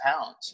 pounds